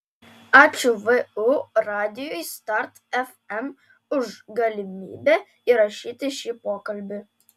ačiū vu radijui start fm už galimybę įrašyti šį pokalbį